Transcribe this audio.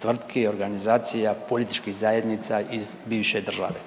tvrtki, organizacija, političkih zajednica iz bivše države.